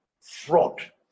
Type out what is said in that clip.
fraud